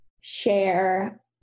share